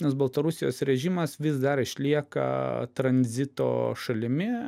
nes baltarusijos režimas vis dar išlieka tranzito šalimi